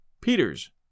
Peters